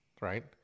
right